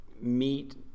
meet